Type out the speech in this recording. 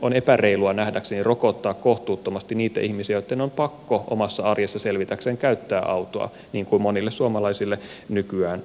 on epäreilua nähdäkseni rokottaa kohtuuttomasti niitä ihmisiä joitten on pakko omassa arjessa selvitäkseen käyttää autoa niin kuin monien suomalaisten nykyään on